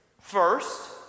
First